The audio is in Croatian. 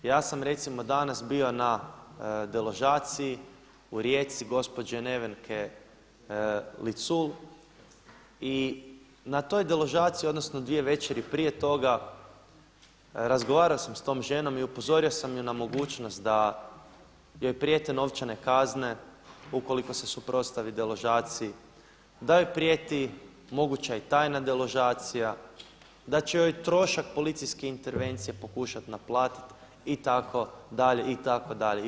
Ja sam recimo danas bio na deložaciji u Rijeci gospođe Nevenke Licul i na toj deložaciji odnosno dvije večeri prije toga razgovarao sam s tom ženom i upozorio sam ju na mogućnost da joj prijete novčane kazne ukoliko se suprotstavi deložaciji, da joj prijeti moguća i tajna deložacija, da će joj trošak policijske intervencije pokušati naplatiti itd., itd.